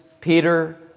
Peter